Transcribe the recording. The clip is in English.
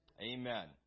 Amen